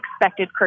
expected